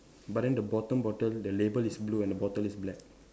but then the bottom bottle the label is blue and the bottle is black